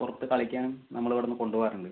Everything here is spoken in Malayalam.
പുറത്ത് കളിക്കാൻ നമ്മളിവിടുന്ന് കൊണ്ടു പോകാറുണ്ട്